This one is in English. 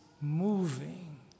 moving